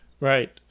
Right